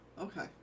Okay